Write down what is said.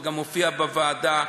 וגם הופיע בוועדה,